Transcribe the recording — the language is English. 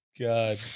God